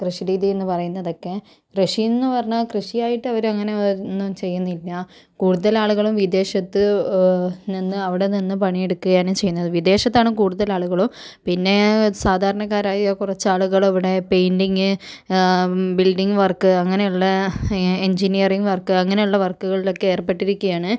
കൃഷി രീതിയെന്നു പറയുന്നതൊക്കെ കൃഷിയെന്നു പറഞ്ഞാൽ കൃഷിയായിട്ട് അവരങ്ങനെ ഒന്നും ചെയ്യുന്നില്ല കൂടുതലാളുകളും വിദേശത്ത് നിന്ന് അവിടെ നിന്ന് പണിയെടുക്കുകയാണ് ചെയ്യുന്നത് വിദേശത്താണ് കൂടുതലാളുകളും പിന്നെ സാധാരണക്കാരായ കുറച്ചാളുകൾ അവിടെ പെയിൻറിങ് ബിൾഡിങ് വർക്ക് അങ്ങനെയുള്ള എൻജിനിയറിങ് വർക്ക് അങ്ങനെയുള്ള വർക്കുകളിലൊക്കെ ഏർപ്പെട്ടിരിക്കുകയാണ്